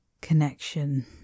connection